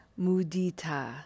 mudita